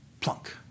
Plunk